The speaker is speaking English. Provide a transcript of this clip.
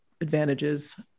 advantages